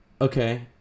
okay